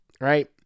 right